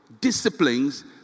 disciplines